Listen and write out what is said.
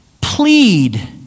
Plead